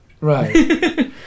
right